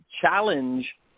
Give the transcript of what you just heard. challenge